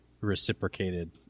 reciprocated